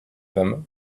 them